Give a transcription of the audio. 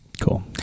Cool